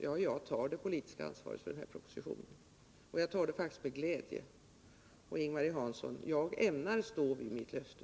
Ja, jag tar det politiska ansvaret för propositionen, och jag tar det faktiskt med glädje. Och, Ing-Marie Hansson, jag ämnar stå vid mitt löfte.